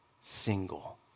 single